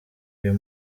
uyu